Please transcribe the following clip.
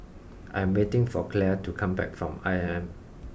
I am waiting for Claire to come back from I M M